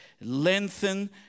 lengthen